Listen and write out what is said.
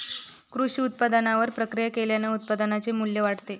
कृषी उत्पादनावर प्रक्रिया केल्याने उत्पादनाचे मू्ल्य वाढते